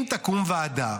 אם תקום ועדה